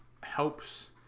helps